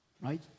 right